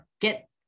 get